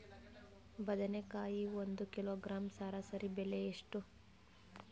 ಬದನೆಕಾಯಿ ಒಂದು ಕಿಲೋಗ್ರಾಂ ಸರಾಸರಿ ಬೆಲೆ ಎಷ್ಟು?